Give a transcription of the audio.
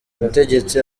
umutegetsi